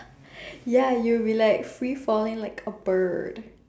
ya you'll be like free falling like a bird